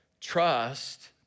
trust